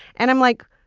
and i'm like,